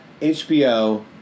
HBO